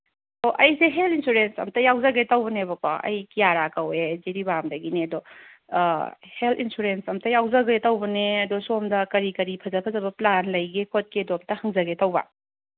ꯑꯣ ꯑꯩꯁꯦ health insurance ꯑꯝꯇ ꯌꯥꯎꯖꯒꯦ ꯇꯧꯕꯅꯦꯀꯣ ꯑꯩ ꯀꯤꯌꯔꯥ ꯀꯧꯋꯦ ꯑꯩ ꯖꯤꯔꯤꯕꯥꯝꯗꯒꯤꯅꯦ ꯑꯗꯣ ꯍꯦꯜꯠ ꯏꯟꯁꯨꯔꯦꯟꯁ ꯑꯝꯇ ꯌꯥꯎꯖꯒꯦ ꯇꯧꯕꯅꯦ ꯑꯗꯨ ꯁꯣꯝꯗ ꯀꯔꯤ ꯀꯔꯤ ꯐꯖ ꯐꯖꯕ ꯄ꯭ꯂꯥꯟ ꯂꯩꯒꯦ ꯈꯣꯠꯀꯦꯗꯣ ꯑꯝꯇ ꯍꯪꯖꯒꯦ ꯇꯧꯕ